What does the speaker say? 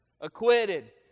Acquitted